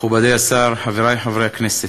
מכובדי השר, חברי חברי הכנסת,